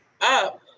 up